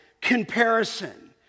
comparison